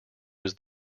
was